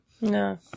No